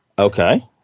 Okay